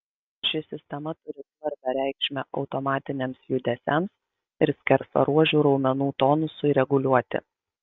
ši sistema turi svarbią reikšmę automatiniams judesiams ir skersaruožių raumenų tonusui reguliuoti